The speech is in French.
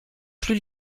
plus